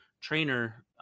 trainer